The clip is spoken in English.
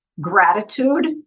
gratitude